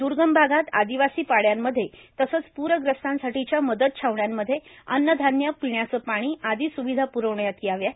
दुर्गम भागात आदिवासी पाङ्यांमध्ये तसेच प्रग्रस्तांसाठीच्या मदत छावण्यांमध्ये अन्न धान्य पिण्याचे पाणी आदि सुविधा प्रविण्यात याव्यात